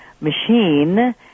machine